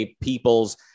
peoples